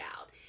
out